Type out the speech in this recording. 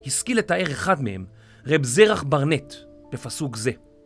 השכיל לתאר אחד מהם, רב זרח ברנט, בפסוק זה.